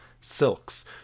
Silks